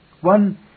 One